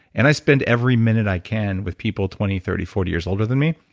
and i spend every minute i can with people twenty, thirty, forty years older than me.